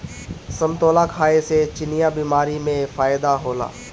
समतोला खाए से चिनिया बीमारी में फायेदा होला